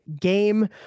game